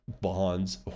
bonds